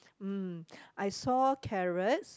mm I saw carrots